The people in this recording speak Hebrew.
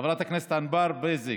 לחברת הכנסת ענבר בזק,